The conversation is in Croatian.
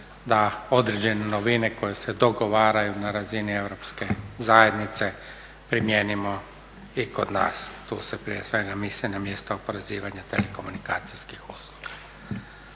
da određene novine koje se dogovaraju na razini Europske zajednice primijenimo i kod nas. Tu se prije svega misli na mjesto oporezivanja telekomunikacijskih usluga.